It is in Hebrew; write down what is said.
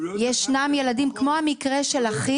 יש ילדים כמו המקרה של אחי